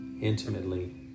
intimately